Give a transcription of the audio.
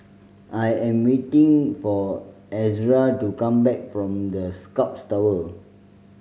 I am waiting for Ezra to come back from The Scotts Tower